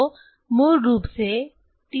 तो मूल रूप से 3a वर्ग डेल a